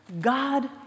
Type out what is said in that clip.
God